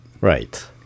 Right